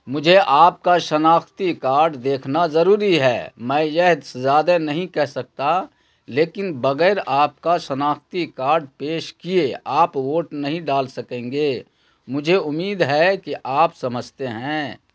مجھے آپ کا شناختی کاڈ دیکھنا ضروری ہے میں یہ زیادہ نہیں کہہ سکتا لیکن بغیر آپ کا شناختی کاڈ پیش کیے آپ ووٹ نہیں ڈال سکیں گے مجھے امید ہے کہ آپ سمجھتے ہیں